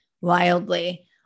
wildly